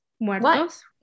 Muertos